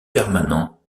permanent